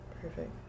Perfect